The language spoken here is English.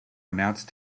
announced